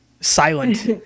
silent